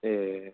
ए